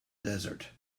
desert